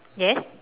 yes